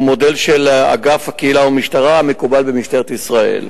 שהוא מודל של אגף קהילה ומשטרה המקובל במשטרת ישראל.